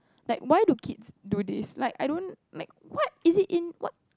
like why do kids do this like I don't like what is it in what